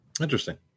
Interesting